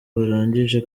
barangije